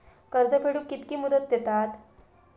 कर्ज फेडूक कित्की मुदत दितात?